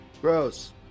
Gross